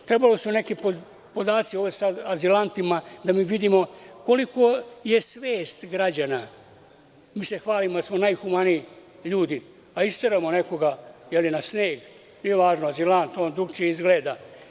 Trebali su neki podaci o azilantima da mi vidimo koliko je svest građana, hvalimo se da smo najhumaniji ljudi, a isteramo nekoga na sneg, nije važno, azilant, on drukčije izgleda.